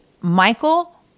Michael